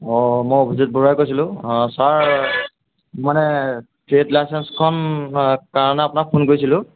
অঁ মই অভিজিৎ বৰুৱাই কৈছিলোঁ ছাৰ মোক মানে ট্ৰেড লাইচেঞ্চখন কাৰণে আপোনাক ফোন কৰিছিলোঁ